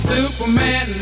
Superman